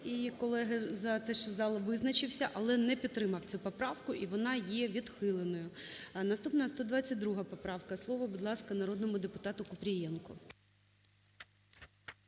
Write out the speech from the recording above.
колеги, за те, що зал визначився, але не підтримав цю поправку, і вона є відхиленою. Наступна - 122 поправка. Слово, будь ласка, народному депутатуКупрієнку.